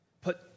put